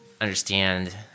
understand